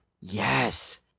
Yes